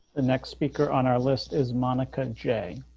the next speaker on our list is monica, jay.